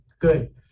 Good